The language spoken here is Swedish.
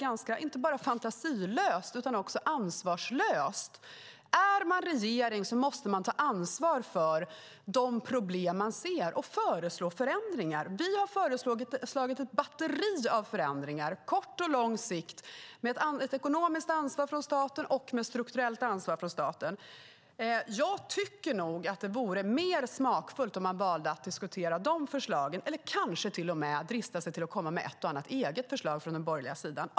Det är inte bara fantasilöst utan också ansvarslöst. Är man i regeringsställning måste man ta ansvar för de problem man ser och föreslå förändringar. Vi har föreslagit ett batteri av förändringar på kort och lång sikt med ett ekonomiskt och strukturellt ansvar från staten. Det vore mer smakfullt om man valde att diskutera de förslagen eller kanske till och med att drista sig till att komma med ett och annat eget förslag från den borgerliga sidan.